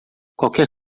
qualquer